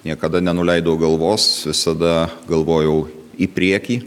niekada nenuleidau galvos visada galvojau į priekį